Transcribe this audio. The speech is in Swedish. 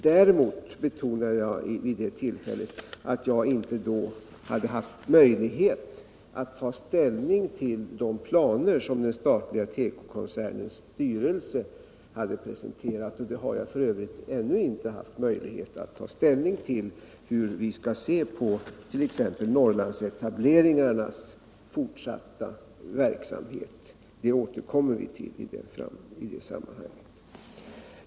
Däremot betonade jag vid det tillfället att jag inte då hade haft möjlighet att ta ställning till de planer som den statliga tekokoncernens styrelse hade presenterat, och det har jag f.ö. ännu inte haft när det gäller hur vi t.ex. skall se på Norrlandsetableringarnas fortsatta verksamhet; det återkommer vi till.